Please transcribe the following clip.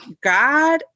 God